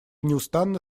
неустанно